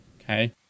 Okay